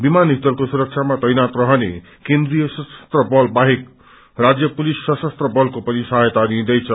विमानस्थलको सुरक्षामा तैनात रहने केन्द्रिय सशस्त्र बलको बाहेक राज्य पुलिस सशस्त्र बलको पनि सहायता लिइदैछ